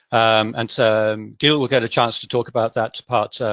and gil will get a chance to talk about that part,